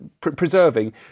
preserving